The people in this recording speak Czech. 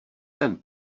ten